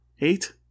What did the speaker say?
eight